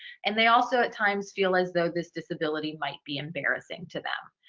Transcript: and they also at times feel as though this disability might be embarrassing to them.